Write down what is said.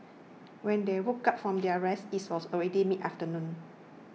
when they woke up from their rest it was already mid afternoon